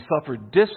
suffered